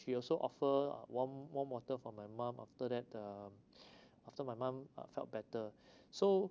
she also offer uh warm warm water for my mom after that uh after my mum uh felt better so